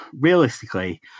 realistically